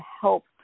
help